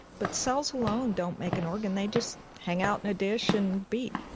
but cells alone don't make an organ. they just hang out in a dish and beat.